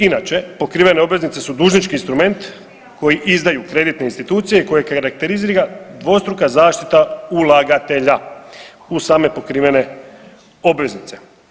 Inače, pokrivene obveznice su dužnički instrument koji izdaju kreditne institucije i koje karakterizira dvostruka zaštita ulagatelja u same pokrivene obveznice.